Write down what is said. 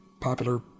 popular